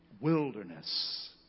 wilderness